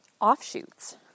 offshoots